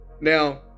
Now